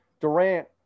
Durant